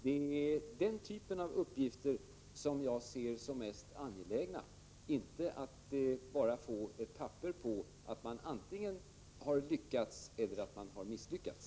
Det är den typen av uppgifter som jag anser vara mest angelägen, inte att bara få ett papper antingen på att man har lyckats eller på att man har misslyckats.